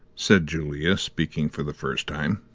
said julia, speaking for the first time.